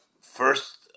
first